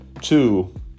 Two